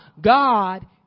God